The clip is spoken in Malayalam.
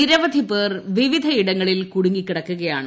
നിരവധിപേർ വിവിധിയിടങ്ങളിൽ കുടുങ്ങിക്കിടക്കുകയാണ്